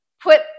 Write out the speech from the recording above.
put